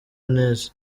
neza